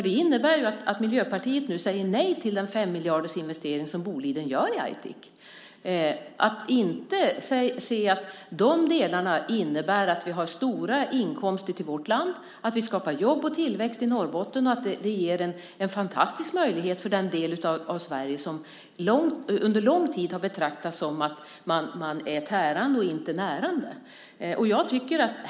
Det innebär att Miljöpartiet säger nej till den investering på 5 miljarder som Boliden gör i Aitik. Peter Eriksson ser inte att det innebär att vi får stora inkomster till vårt land, att vi skapar jobb och tillväxt i Norrbotten och att det ger en fantastisk möjlighet för den del av Sverige som under lång tid har betraktats som tärande och inte närande.